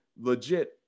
legit